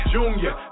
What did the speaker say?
Junior